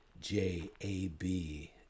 J-A-B